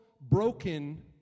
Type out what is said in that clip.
broken